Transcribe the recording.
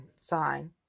sign